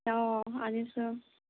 অ' আনিছোঁ